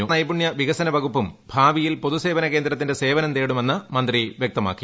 സേവനം നൈപുണൃ വികസന വകുപ്പും ഭാവിയിൽ പൊതു സേവന കേന്ദ്രത്തിന്റെ സേവനം തേടുമെന്ന് മന്ത്രി വ്യക്തമാക്കി